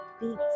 beats